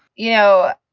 you know?